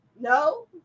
No